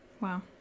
Wow